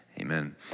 Amen